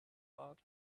out